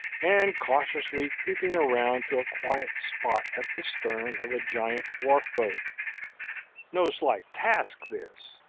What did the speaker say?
and cautiously creeping around to a quiet spot at the stern of a giant wharf-boat no slight task this,